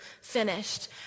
finished